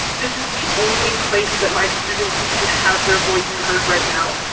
this is the only place that my students can have their voice heard right now,